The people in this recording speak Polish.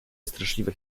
straszliwe